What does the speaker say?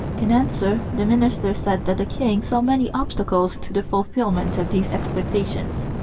in answer, the minister said that the king saw many obstacles to the fulfilment of these expectations.